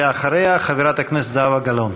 ואחריה, חברת הכנסת זהבה גלאון.